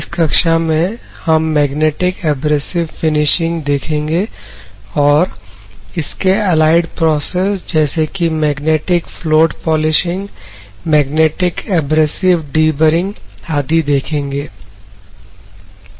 इस कक्षा में हम मैग्नेटिक एब्रेसिव फिनिशिंग देखेंगे और इसके एलाइड प्रोसेस जैसे कि magnetic float polishing magnetic abrasive deburring आदि देखेंगे